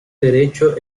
derecho